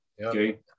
okay